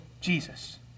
Jesus